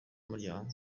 umuryango